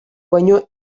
baino